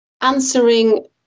answering